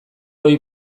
ohi